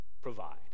provide